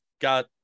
got